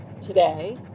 today